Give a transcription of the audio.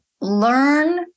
learn